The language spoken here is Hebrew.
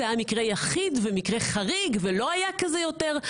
זה היה מקרה יחיד ומקרה חריג ולא היה כזה יותר,